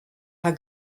har